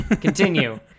continue